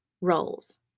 roles